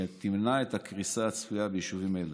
שתמנע את הקריסה הצפויה ביישובים אלה.